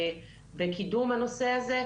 בקידום הנושא הזה.